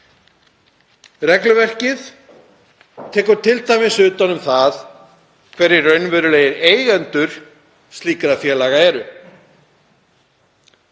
Regluverkið tekur t.d. utan um það hverjir raunverulegir eigendur slíkra félaga eru.